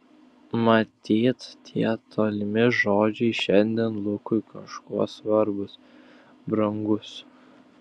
matyt tie tolimi žodžiai šiandien lukui kažkuo svarbūs brangūs